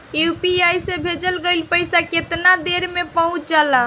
UPI से भेजल गईल पईसा कितना देर में पहुंच जाला?